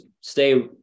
stay